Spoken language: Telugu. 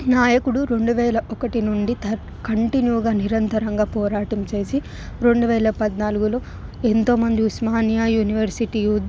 నాయకుడు రెండువేల ఒకటి నుండి కంటిన్యూగా నిరంతరంగా పోరాటం చేసి రెండువేల పద్నాలుగులో ఎంతోమంది ఉస్మానియా యూనివర్సిటీ